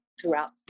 throughout